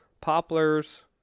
poplars